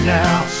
now